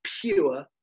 pure